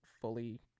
fully